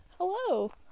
hello